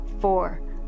four